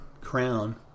crown